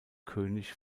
könig